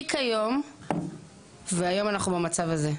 לא הרחיק היום והיום אנחנו במצב הזה,